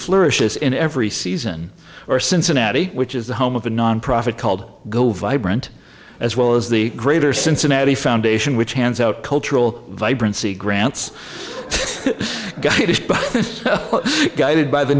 flourishes in every sea or cincinnati which is the home of a nonprofit called vibrant as well as the greater cincinnati foundation which hands out cultural vibrancy grants guided by the